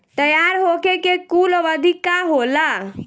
तैयार होखे के कूल अवधि का होला?